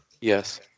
Yes